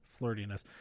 flirtiness